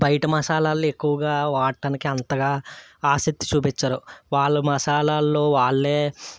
బయట మసాలాలు ఎక్కువగా వాడటానికి అంతగా ఆసక్తి చూపించరు వాళ్ళు మసాలాల్లో వాళ్ళే